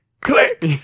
click